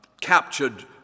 captured